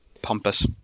pompous